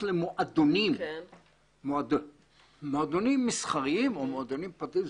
למועדונים מועדונים מסחריים או מועדונים פרטיים,